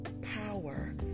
power